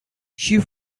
she